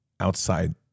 outside